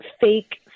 fake